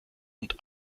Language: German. und